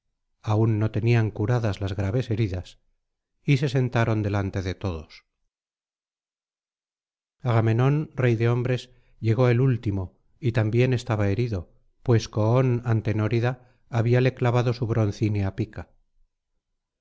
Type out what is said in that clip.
aún no tenían curadas las graves heridas y se sentaron delante de todos agamenón rey de hombres llegó el último y también estaba herido pues coón antenórida habíale clavado su broncínea pica